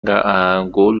قول